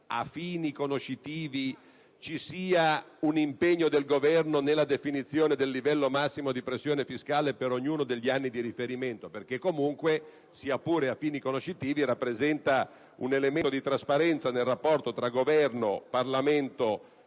a fini conoscitivi un impegno del Governo nella definizione del livello massimo di pressione fiscale per ognuno degli anni di riferimento, perché comunque, sia pure a fini conoscitivi, rappresenta un elemento di trasparenza nel rapporto tra Governo, Parlamento,